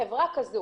חברה כזו